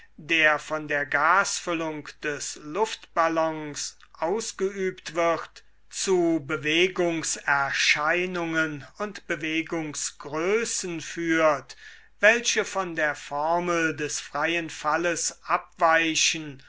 der von der gasfüllung des luftballons ausgeübt wird zu bewegungserscheinungen und bewegungsgrößen führt welche von der formel des freien falles abweichen